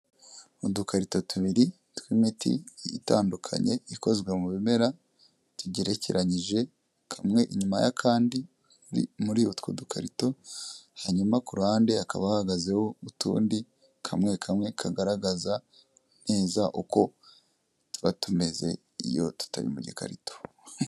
Udukarito tubiri tw'imiti itandukanye ikozwe mu bimera tugerekeranyije, kamwe inyuma y'akandi muri utwo dukarito, hanyuma ku ruhande hakaba hahagazeho utundi, kamwe kamwe kagaragaza neza uko tuba tumeze iyo tutari mu gikarito.